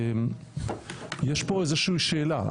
ויש פה איזושהי שאלה.